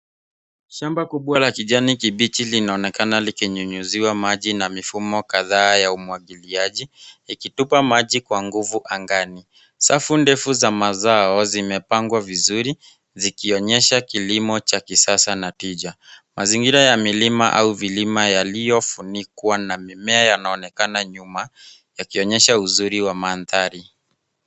Shamba kubwa la kijani kibichi linaonekana likinyunyuziwa maji na mifumo kadhaa ya umwagiliaji, ikitupa maji kwa nguvu angani. Safu ndefu za mazao zimepangwa vizuri zikionyesha kilimo cha kisasa na tija. Mazingira ya milima au vilima yaliyofunikwa na mimea yanaonekana nyuma, yakionyesha uzuri wa mandhari.